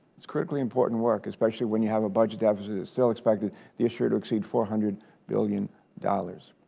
it's critically important work especially when you have a budget deficit that's still expected this year to exceed four hundred billion dollars.